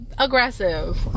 aggressive